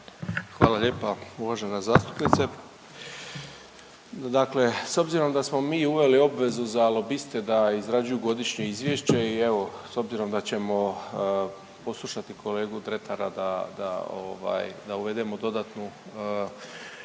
Hvala lijepa uvažena zastupnice. Dakle, s obzirom da smo mi uveli obvezu za lobiste da izrađuju godišnje izvješće i evo, s obzirom da ćemo poslušati kolegu Dretara da, da ovaj, da uvedemo dodatnu obvezu